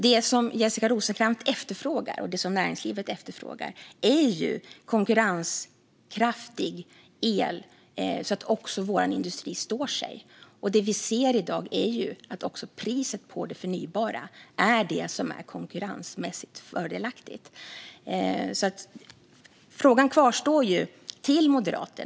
Det Jessica Rosencrantz och näringslivet efterfrågar är konkurrenskraftig el så att vår industri står sig, och i dag är priset på det förnybara det konkurrensmässigt fördelaktiga. Min fråga till Moderaterna kvarstår.